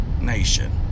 nation